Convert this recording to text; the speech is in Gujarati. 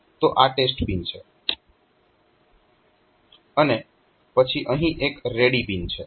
તો આ ટેસ્ટ પિન છે અને પછી અહીં એક રેડી પિન છે